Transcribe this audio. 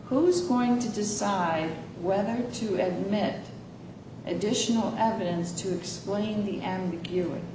who's going to decide whether to have met additional evidence to explain the ambiguity